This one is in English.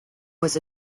was